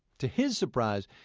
to his surprise,